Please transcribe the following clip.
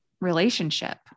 relationship